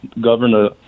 governor